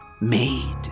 Made